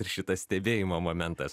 ir šitas stebėjimo momentas